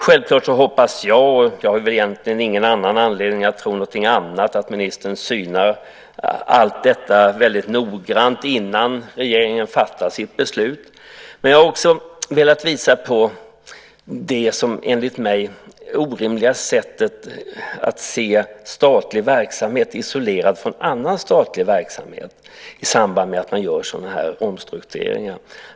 Självklart hoppas jag - och jag har väl egentligen ingen anledning att tro någonting annat - att ministern synar allt detta mycket noggrant innan regeringen fattar sitt beslut. Jag har också velat visa på det, som jag tycker, orimliga sättet att se på en statlig verksamhet som isolerad från annan statlig verksamhet i samband med att man gör sådana här omstruktureringar.